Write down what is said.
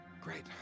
Great